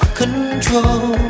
control